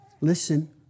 listen